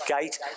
gate